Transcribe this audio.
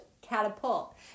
catapult